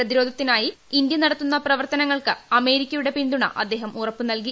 പ്രതിരോധത്തിനായി ഇന്ത്യ നടത്തുന്ന് പ്രവർത്തനങ്ങൾക്ക് അമേരിക്കയുടെ പിന്തുണ അദ്ദേഹം ഉറപ്പ് നിൽകി